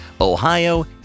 Ohio